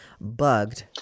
bugged